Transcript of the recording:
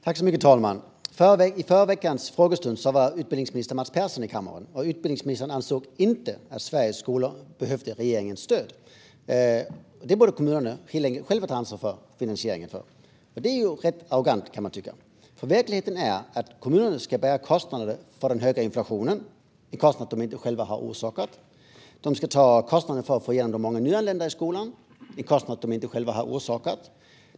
Fru talman! Vid förra veckans frågestund var utbildningsminister Mats Persson i kammaren. Utbildningsministern ansåg inte att Sveriges skolor behövde regeringens stöd; kommunerna borde själva ta ansvar för finansieringen. Detta är rätt arrogant, kan man tycka. Verkligheten är den att kommunerna ska bära kostnaderna för den höga inflationen, en kostnad de inte har orsakat själva. De ska ta kostnaderna för att få in de många nyanlända i skolan, en kostnad de inte har orsakat själva.